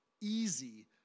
easy